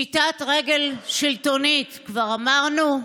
פשיטת רגל שלטונית, כבר אמרנו?